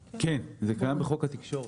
כן, זה קיים בחוק התקשורת.